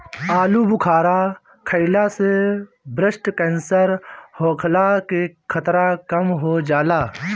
आलूबुखारा खइला से ब्रेस्ट केंसर होखला के खतरा कम हो जाला